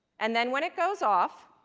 and then when it goes off,